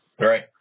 Right